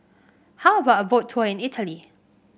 how about a Boat Tour in Italy